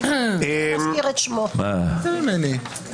מה אתה רוצה ממני?